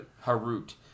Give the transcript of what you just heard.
Harut